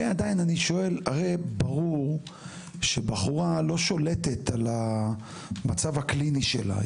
כן עדיין אני שואל הרי ברור שבחורה לא שולטת על המצב הקליני שלה,